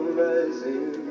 rising